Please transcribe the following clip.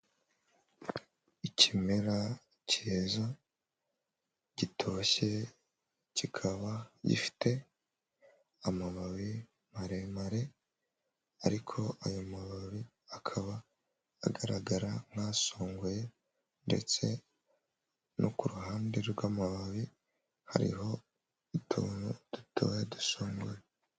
Ikimera kiza, gitoshye, kikaba gifite amababi maremare ariko ayo mababi akaba agaragara nk'asongoye ndetse no ku ruhande rw'amababi hariho utuntu dutoya dusongoye.